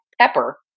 pepper